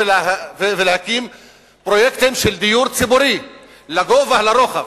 ולהקים פרויקטים של דיור ציבורי לגובה ולרוחב.